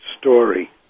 story